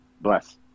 Bless